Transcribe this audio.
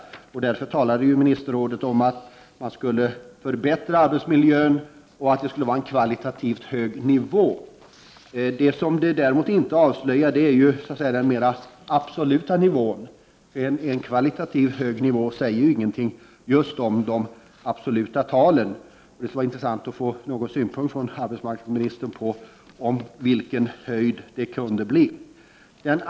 Därför talade Ministerrådet om att arbetsmiljön skulle förbättras och att nivån skulle vara kvalitativt hög. Däremot avslöjades inte den absoluta nivån. En kvalitativt hög nivå säger just ingenting om de absoluta talen. Det vore intressant att höra arbetsmarknadsministerns synpunkt på vilken höjd det kan bli.